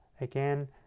Again